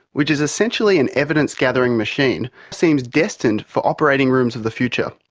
which is essentially an evidence gathering machine, seems destined for operating rooms of the future.